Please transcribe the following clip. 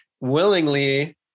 willingly